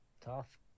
Tough